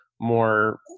more